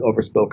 overspoken